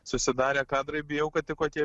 susidarė kadrai bijau kad tik va tie